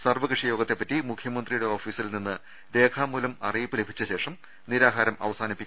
സർവ്വകക്ഷി യോഗത്തെപ്പറ്റി മുഖ്യമന്ത്രിയുടെ ഓഫീസിൽനിന്ന് രേഖാ മൂലം അറിയിപ്പ് ലഭിച്ചാൽ നിരാഹാരം അവസാനിപ്പിക്കു